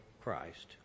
Christ